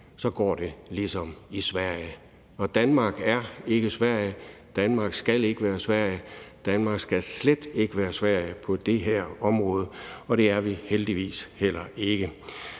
Så går det ligesom i Sverige. Og Danmark er ikke Sverige, og Danmark skal ikke være Sverige. Danmark skal slet ikke være Sverige på det her område, og det er vi heldigvis heller ikke.